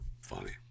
funny